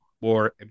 more